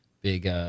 big